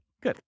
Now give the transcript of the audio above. Good